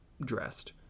dressed